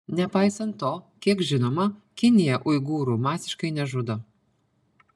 nepaisant to kiek žinoma kinija uigūrų masiškai nežudo